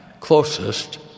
closest